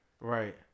Right